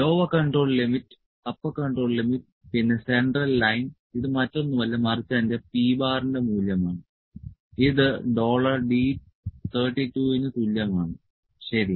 lower control limit upper control limit പിന്നെ central line ഇത് മറ്റൊന്നുമല്ല മറിച്ച് എന്റെ p ന്റെ മൂല്യം ആണ് ഇത് ഡോളർ D 32 ന് തുല്യമാണ് ശരി